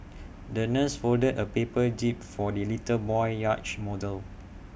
the nurse folded A paper jib for the little boy's yacht model